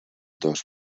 dos